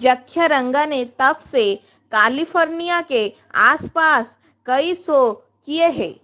जक्षरंगा ने तब से कालिफोर्निया के आस पास कई शो किए हैं